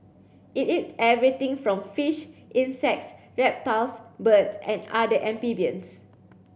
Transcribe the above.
it eats everything from fish insects reptiles birds and other amphibians